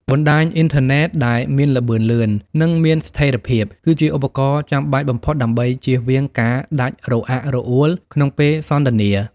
បណ្តាញអ៊ីនធឺណិតដែលមានល្បឿនលឿន និងមានស្ថិរភាព គឺជាឧបករណ៍ចាំបាច់បំផុតដើម្បីជៀសវាងការដាច់រអាក់រអួលក្នុងពេលសន្ទនា។